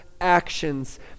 actions